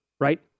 right